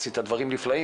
עשית דברים נפלאים.